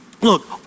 Look